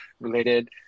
related